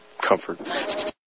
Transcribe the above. comfort